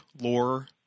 lore